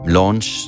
launch